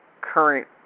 current